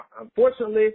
unfortunately